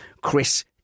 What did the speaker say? Chris